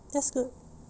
that's good